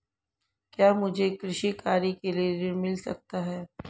क्या मुझे कृषि कार्य के लिए ऋण मिल सकता है?